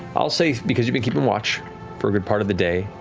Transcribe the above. i'll say, because you've keeping watch for a good part of the day,